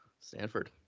Stanford